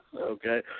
Okay